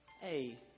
Hey